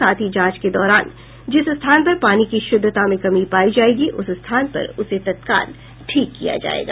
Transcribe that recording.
साथ ही जांच के दौरान जिस स्थान पर पानी की शुद्धता में कमी पाई जायेगी उस स्थान पर उसे तत्काल ठीक किया जायेगा